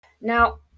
Now